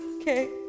Okay